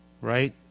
right